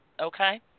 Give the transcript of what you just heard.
Okay